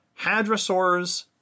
hadrosaurs